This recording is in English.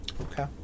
Okay